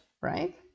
right